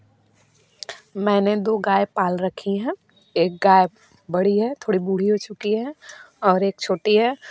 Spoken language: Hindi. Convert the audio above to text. मैंने दो गाय पाल रखी हैं एक गाय बड़ी है थोड़ी बूढ़ी हो चुकी है और एक छोटी है